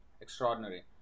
extraordinary